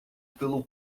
pelo